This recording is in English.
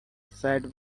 said